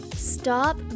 stop